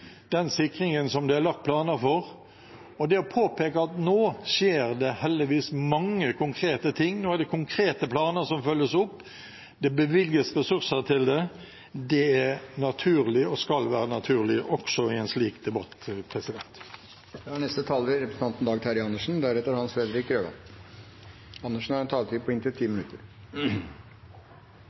den sikringen som det er lagt planer for. Og det å påpeke at nå skjer det heldigvis mange konkrete ting, nå er det konkrete planer som følges opp, det bevilges ressurser til det, er naturlig – og skal være naturlig – også i en slik debatt.